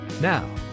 Now